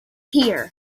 hear